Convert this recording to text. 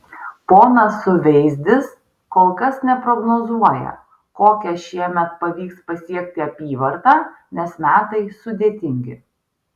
ponas suveizdis kol kas neprognozuoja kokią šiemet pavyks pasiekti apyvartą nes metai sudėtingi